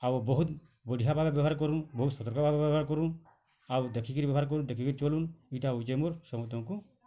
ଆଉ ବହୁତ ବଢ଼ିଆ ଭାବେ ବ୍ୟବହାର କରୁ ବହୁ ସତର୍କ ଭାବେ ବ୍ୟବହାର କରୁ ଆଉ ଦେଖିକରି ବ୍ୟବହାର କରୁ ଦେଖିକରି ଚଲୁ ଏଇଟା ହେଉଛେ ମୋର ସମସ୍ତଙ୍କୁ